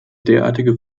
derartige